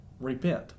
repent